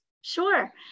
Sure